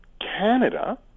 Canada